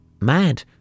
mad